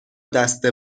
دست